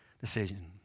decision